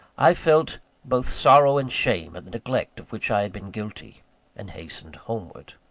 i felt both sorrow and shame at the neglect of which i had been guilty and hastened homeward.